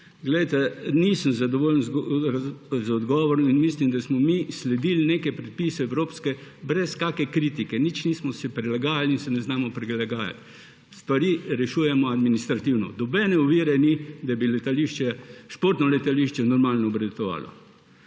Poglejte, nisem zadovoljen z odgovorom. Mislim, da smo mi sledili neke evropske predpise brez kakšne kritike, nič si nismo prilagajali in se ne znamo prilagajati. Stvari rešujemo administrativno. Nobene ovire ni, da bi športno letališče normalno obratovalo.